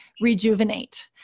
rejuvenate